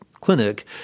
clinic